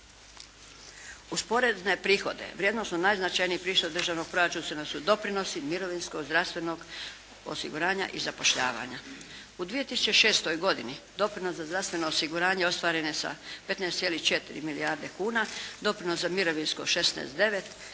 … Državnog proračuna … /Govornica se ne razumije./ … su doprinosi, mirovinsko, zdravstvenog osiguranja i zapošljavanja. U 2006. godini doprinos za zdravstveno osiguranje ostvaren je sa 15,4 milijarde kuna. Doprinos za mirovinsko 16,9,